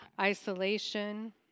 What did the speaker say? Isolation